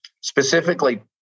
specifically